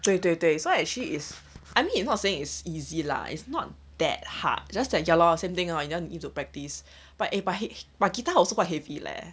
对对对 so I actually is I mean it's not saying it's easy lah it's not that hard just that ya lor same thing lor you need to practice but eh but !hey! guitar also quite heavy leh